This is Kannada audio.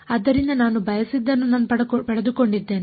ಆದ್ದರಿಂದ ನಾನು ಬಯಸಿದ್ದನ್ನು ನಾನು ಪಡೆದುಕೊಂಡಿದ್ದೇನೆ